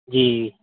जी